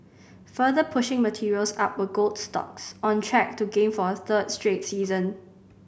further pushing materials up were gold stocks on track to gain for a third straight session